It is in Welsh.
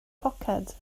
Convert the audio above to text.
poced